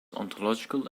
ontological